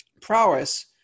prowess